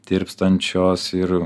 tirpstančios ir